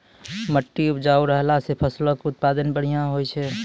मट्टी उपजाऊ रहला से फसलो के उत्पादन बढ़िया होय छै